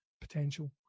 potential